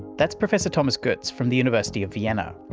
that's professor thomas goetz from the university of vienna.